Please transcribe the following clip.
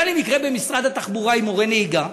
היה לי מקרה במשרד התחבורה עם מורה נהיגה